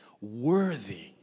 worthy